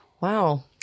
Wow